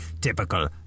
typical